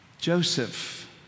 Joseph